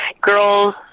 Girls